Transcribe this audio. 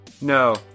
No